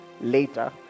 later